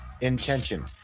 intention